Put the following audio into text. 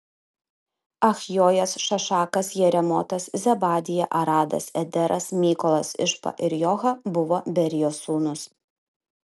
achjojas šašakas jeremotas zebadija aradas ederas mykolas išpa ir joha buvo berijos sūnūs